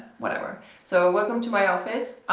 whatever so welcome to my office,